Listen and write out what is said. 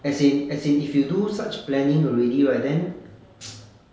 as in as in if you do such planning already right then